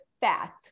fat